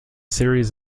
series